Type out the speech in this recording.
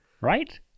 right